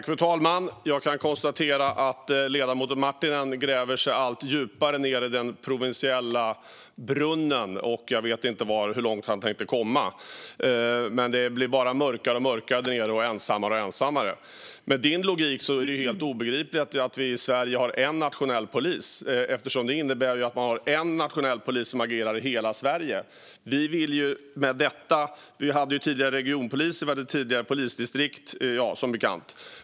Fru talman! Ledamoten Marttinen gräver sig allt djupare ned i den provinsiella brunnen. Jag vet inte hur långt han har tänkt komma. Men det blir bara mörkare och mörkare och ensammare och ensammare där nere. Med din logik, Adam Marttinen, är det helt obegripligt att vi i Sverige har en nationell polis. Det innebär att vi har en nationell polis som agerar i hela Sverige. Vi hade som bekant regionpoliser och polisdistrikt tidigare.